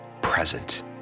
present